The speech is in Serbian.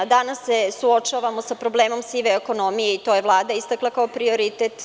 Danas se suočavamo sa problemom sive ekonomije i to je Vlada istakla kao prioritet.